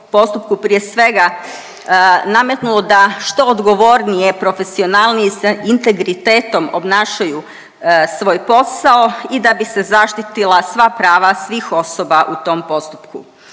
prije svega nametnulo da što odgovornije, profesionalnije i sa integritetom obnašaju svoj posao i da bi se zaštitila sva prava svih osoba u tom postupku.